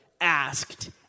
asked